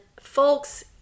folks